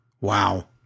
Wow